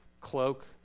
cloak